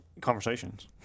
Conversations